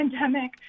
pandemic